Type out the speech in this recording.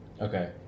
Okay